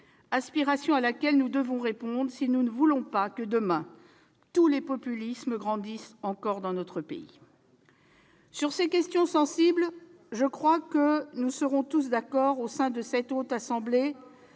aspiration à laquelle nous devons répondre si nous ne voulons pas que, demain, tous les populismes grandissent encore dans notre pays. C'est vrai ! Sur ces questions sensibles, je crois que nous serons tous d'accord, au sein de la Haute Assemblée,